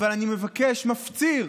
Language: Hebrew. אבל אני מבקש, מפציר: